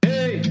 Hey